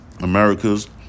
america's